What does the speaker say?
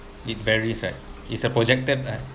it varies right it's a projected